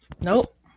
Nope